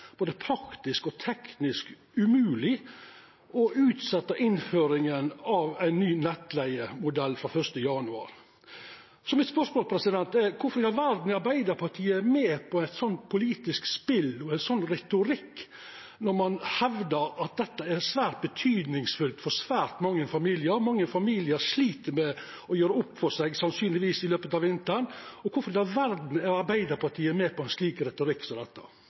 både praktisk og teknisk umogleg å utsetja innføringa av ein ny nettleigemodell frå 1. januar. Så spørsmålet mitt er: Kvifor i all verda er Arbeidarpartiet med på eit slikt politisk spel og ein slik retorikk når ein hevdar at dette er svært viktig for svært mange familiar? Mange familiar vil sannsynlegvis slita med å gjera opp for seg i løpet av vinteren, så kvifor i all verda er Arbeidarpartiet med på ein slik retorikk som dette?